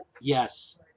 Yes